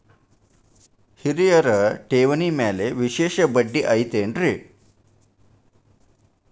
ಹಿರಿಯರ ಠೇವಣಿ ಮ್ಯಾಲೆ ವಿಶೇಷ ಬಡ್ಡಿ ಐತೇನ್ರಿ?